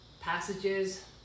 passages